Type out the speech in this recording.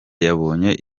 yabonye